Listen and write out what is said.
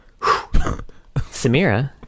samira